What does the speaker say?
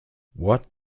what